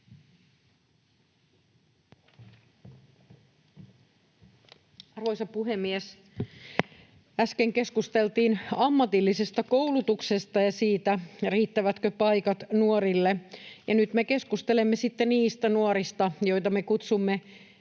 Arvoisa puhemies! Äsken keskusteltiin ammatillisesta koulutuksesta ja siitä, riittävätkö paikat nuorille, ja nyt me keskustelemme sitten niistä nuorista, joita me kutsumme